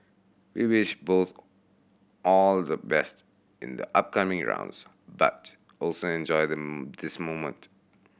we wish both all the best in the upcoming rounds but also enjoy the this moment